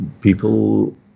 people